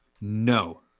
no